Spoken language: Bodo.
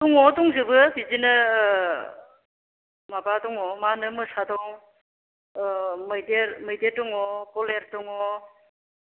दङ दंजोबो बिदिनो माबा दङ माहोनो मोसा दं ओ मैदेर मैदेर दङ गलेर दङ